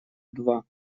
два